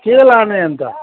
के लाने अन्त